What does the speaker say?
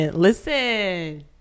listen